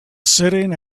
sitting